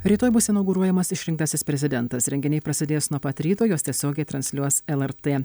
rytoj bus inauguruojamas išrinktasis prezidentas renginiai prasidės nuo pat ryto juos tiesiogiai transliuos lrt